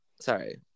Sorry